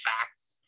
facts